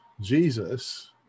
Jesus